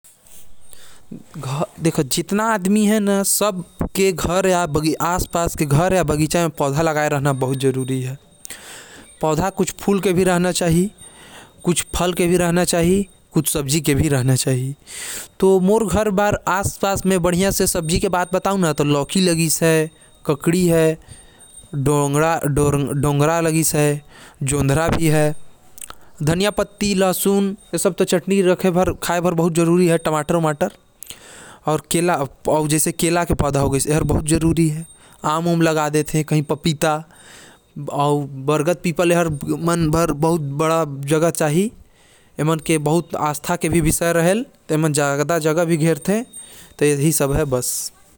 मोर घरे लौकी, खीरा, डोंगरा, धनिया पत्ती लहसुन टमाटर अउ केला के पौधा लगिस है। मोर घरे जग कही कही आम अउ बरगद के पेड़ो हवे।